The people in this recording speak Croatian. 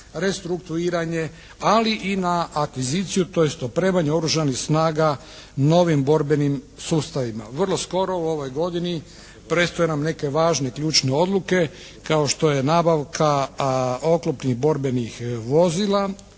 restrukturiranje ali i na akviziciju, tj. opremanje Oružanih snaga novim borbenim sustavima. Vrlo skoro u ovoj godini predstoje nam neke važne, ključne odluke kao što je nabavka oklopnih borbenih vozila